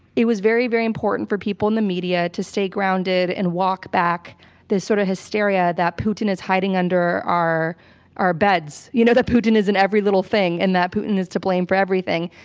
it was very, very important for people in the media to stay grounded and walk back this sort of hysteria that putin is hiding under our our beds, you know, that putin is in every little thing, and that putin is to blame for everything.